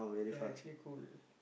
ya actually cool